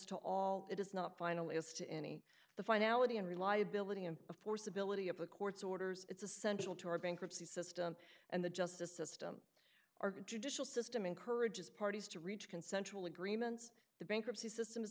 to all it is not final as to any the finality and reliability and of course ability of the court's orders it's essential to our bankruptcy system and the justice system our good tradition system encourages parties to reach consensual agreements the bankruptcy system is